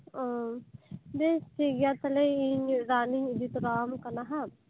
ᱚᱻ ᱵᱮᱥ ᱴᱷᱤᱠ ᱜᱮᱭᱟ ᱛᱟᱦᱞᱮ ᱤᱧ ᱨᱟᱱᱤᱧ ᱤᱫᱤ ᱛᱚᱨᱟᱣᱟᱢ ᱠᱟᱱᱟ ᱱᱟᱦᱟᱸᱜ